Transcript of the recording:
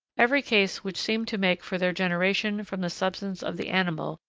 every case which seemed to make for their generation from the substance of the animal,